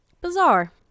Bizarre